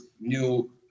new